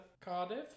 Cardiff